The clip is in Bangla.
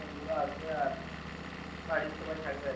বন্ধুরা আসবে আর বাড়ির সবাই থাকবে আর কী